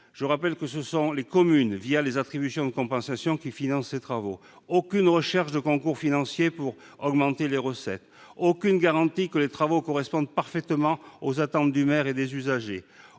le rappelle, ce sont les communes qui, les attributions de compensation, financent ces travaux. En outre, il n'y a aucune recherche de concours financiers pour augmenter les recettes, aucune garantie que les travaux correspondent parfaitement aux attentes du maire et des usagers,